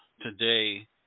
today